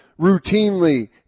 Routinely